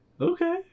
okay